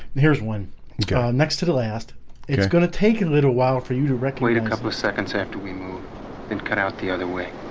here's one. gone next to the last it is gonna take a little while for you to wreck wait a couple of seconds after we move then cut out the other way